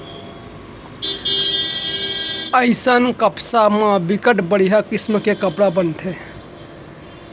अइसन कपसा म बिकट बड़िहा किसम के कपड़ा बनथे